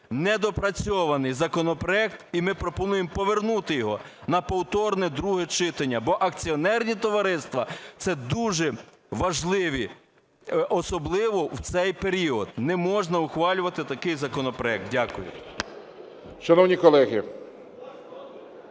недопрацьований законопроект і ми пропонуємо повернути його на повторне друге читання, бо акціонерні товариства – це дуже важливі, особливо в цей період. Не можна ухвалювати такий законопроект. Дякую.